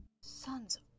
Sons